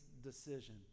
decision